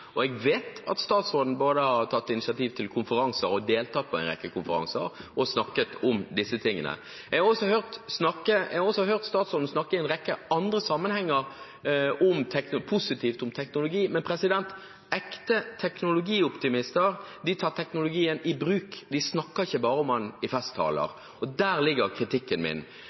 teknologien. Jeg vet at statsråden både har tatt initiativ til konferanser og deltatt på en rekke konferanser og snakket om disse tingene. Jeg har også hørt statsråden snakke i en rekke andre sammenhenger positivt om teknologi. Men ekte teknologioptimister tar teknologien i bruk, de snakker ikke bare om den i festtaler. Der ligger kritikken min.